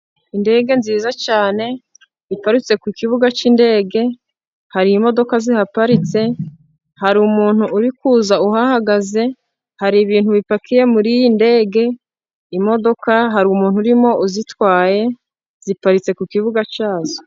Indege nziza cyane iparitse ku kibuga cy'indege, hari imodoka zihaparitse hari umuntu uri kuza uhahagaze, hari ibintu bipakiye muri iyi ndege, imodoka hari umuntu urimo uzitwaye ziparitse ku kibuga cyazo.